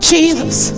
Jesus